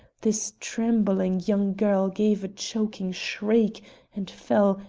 this trembling young girl gave a choking shriek and fell,